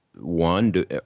One